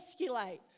escalate